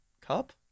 cup